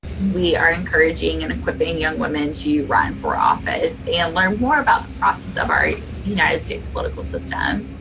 we are encouraging and equipping young women to run for office and learn more about the process of our united states political system.